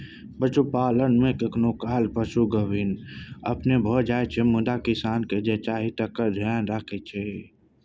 पशुपालन मे कखनो काल पशु गाभिन अपने भए जाइ छै मुदा किसानकेँ जे चाही तकर धेआन रखै छै